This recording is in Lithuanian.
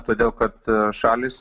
todėl kad šalys